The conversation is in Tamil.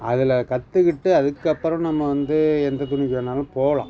அதில் கத்துக்கிட்டு அதுக்கப்புறம் நம்ம வந்து எந்த துணிக்கு வேணாலும் போகலாம்